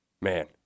man